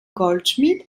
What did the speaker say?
goldschmidt